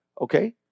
okay